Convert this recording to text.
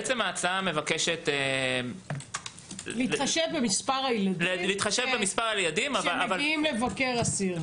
בעצם ההצעה מבקשת --- להתחשב במספר הילדים שמגיעים לבקר אסיר.